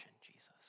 Jesus